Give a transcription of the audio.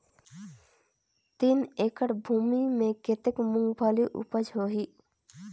तीन एकड़ भूमि मे कतेक मुंगफली उपज होही?